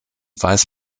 weiß